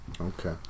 Okay